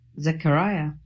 Zechariah